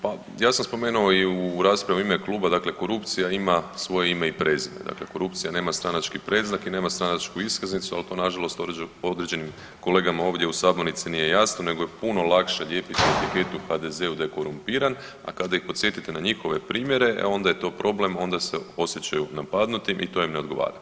Pa ja sam spomenuo i u raspravi u ime kluba, dakle korupcija ima svoje ime i prezime, dakle korupcija nema stranački predznak i nema stranačku iskaznicu, al to nažalost određenim kolegama ovdje u sabornici nije jasno nego je puno lakše lijepiti etiketu HDZ-u da je korumpiran, a kada ih podsjetite na njihove primjere e onda je to problem, onda se osjećaju napadnutim i to im ne odgovara.